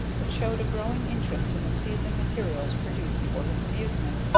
but showed a growing interest in the pleasing materials produced for his amusement,